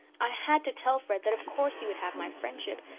i had to tell fred that of course he would have my friendship,